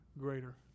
greater